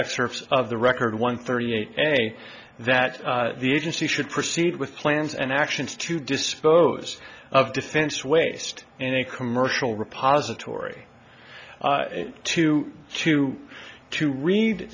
excerpts of the record one thirty eight any that the agency should proceed with plans and actions to dispose of defense waste in a commercial repository to to to read